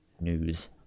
news